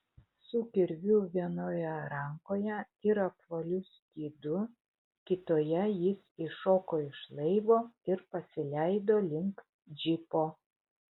su kirviu vienoje rankoje ir apvaliu skydu kitoje jis iššoko iš laivo ir pasileido link džipo